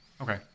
okay